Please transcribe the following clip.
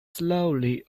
slowly